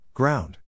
Ground